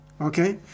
okay